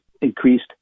increased